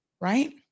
right